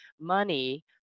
money